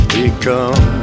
become